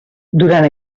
durant